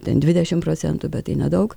ten dvidešim procentų bet tai nedaug